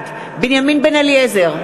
בעד בנימין בן-אליעזר,